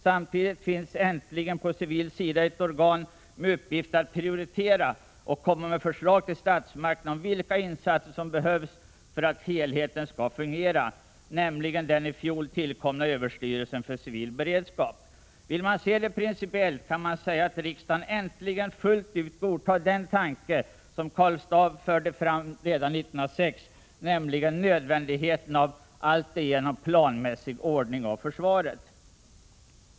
Samtidigt finns det äntligen på den civila sidan ett organ med uppgift att prioritera och komma med förslag till statsmakterna om vilka insatser som behövs för att helheten skall fungera, nämligen den i fjol tillkomna överstyrelsen för civil beredskap. Vill man se det principiellt kan man säga att riksdagen äntligen fullt ut godtar den tanke som Karl Staaff förde fram redan 1906, nämligen nödvändigheten av en alltigenom planmässig ordning av försvaret.